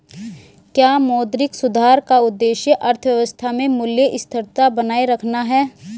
क्या मौद्रिक सुधार का उद्देश्य अर्थव्यवस्था में मूल्य स्थिरता बनाए रखना है?